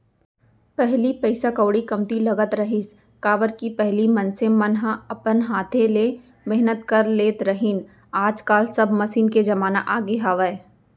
पहिली पइसा कउड़ी कमती लगत रहिस, काबर कि पहिली मनसे मन ह अपन हाथे ले मेहनत कर लेत रहिन आज काल सब मसीन के जमाना आगे हावय